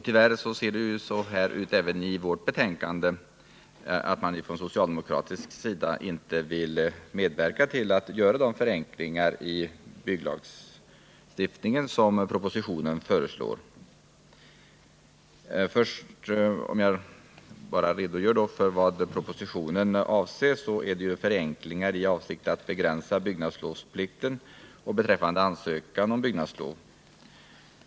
Tyvärr vill socialdemokraterna i vårt utskott — vilket framgår av vårt betänkande —- inte medverka till att göra de förenklingar av byggnadslagstiftningen som propositionen föreslår. Låt mig börja med att redogöra för vad propositionen avser. Den föreslår förenklingar i avsikt att begränsa byggnadslovsplikten och förenklingar beträffande ansökan om byggnadslov.